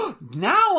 now